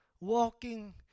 Walking